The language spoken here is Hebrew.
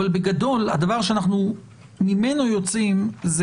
אבל בגדול הדבר שממנו אנחנו יוצאים זה